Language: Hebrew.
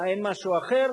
מה, אין משהו אחר?